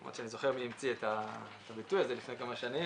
אני זוכר מי המציא את הביטוי הזה לפני כמה שנים,